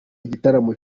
igitaramo